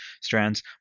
strands